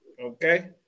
Okay